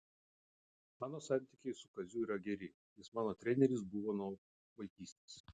mano santykiai su kaziu yra geri jis mano treneris buvo nuo vaikystės